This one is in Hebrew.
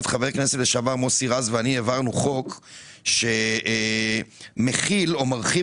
חבר הכנסת לשעבר מוסי רז ואני העברנו חוק שמחיל או מרחיב